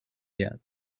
yet